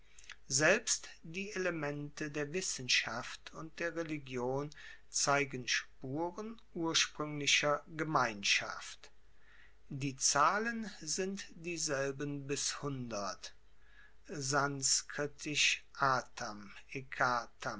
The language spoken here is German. selbst die elemente der wissenschaft und der religion zeigen spuren urspruenglicher gemeinschaft die zahlen sind dieselben bis hundert